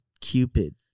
Cupid